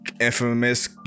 infamous